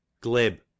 glib